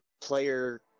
player